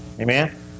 Amen